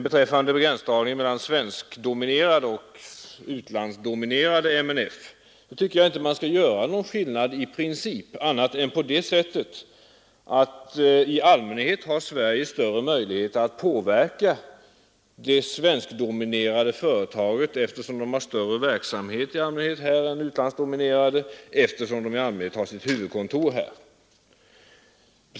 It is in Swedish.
Beträffande gränsdragningen mellan svenskdominerade och utlandsdominerade MNF tycker jag inte man skall göra någon skillnad i princip annat än på det sättet att Sverige i allmänhet har större möjligheter att påverka det svenskdominerade företaget eftersom det har större verksamhet i Sverige än det utlandsdominerade och i allmänhet har sitt huvudkontor här.